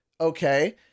Okay